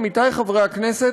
עמיתי חברי הכנסת,